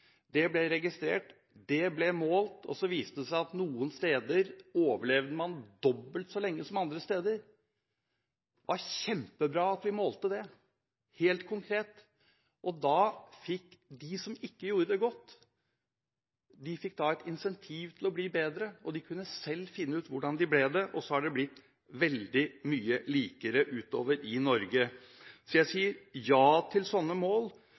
Det ble registrert, det ble målt. Så viste det seg at noen steder overlevde man dobbelt så lenge som andre steder. Det var kjempebra at vi målte det helt konkret. Da fikk de som ikke gjorde det godt, et incentiv til å bli bedre. De kunne selv finne ut hvordan de kunne bli bedre, og så har det blitt veldig mye likere utover i Norge. Jeg sier ja til slike mål, men samtidig kan vi på overordnet nivå ha et mål